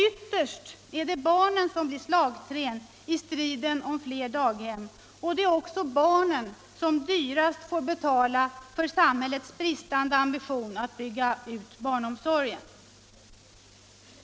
Ytterst är det barnen som blir slagträna i striden om fler daghem, och det är också barnen som dyrast får betala för samhällets bristande ambition att bygga ut barnomsorgen.